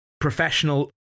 professional